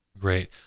Great